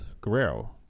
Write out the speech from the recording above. Guerrero